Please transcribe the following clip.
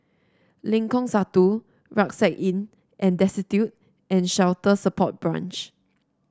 Lengkong Satu Rucksack Inn and Destitute and Shelter Support Branch